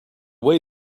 way